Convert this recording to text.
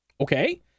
Okay